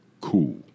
cool